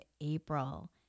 April